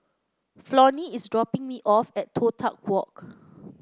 Flonnie is dropping me off at Toh Tuck Walk